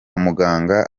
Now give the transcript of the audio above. muganga